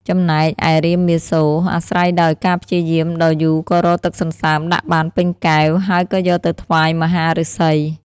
ចំណែកឯរាមមាសូរ អាស្រ័យដោយការព្យាយាមដ៏យូរក៏រកទឹកសន្សើមដាក់បានពេញកែវ ហើយក៏យកទៅថ្វាយមហាឫសី។